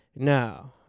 no